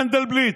מנדלבליט,